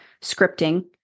scripting